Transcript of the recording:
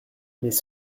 mais